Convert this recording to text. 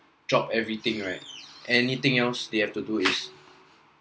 drop everything right anything else they have to do it's